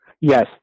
yes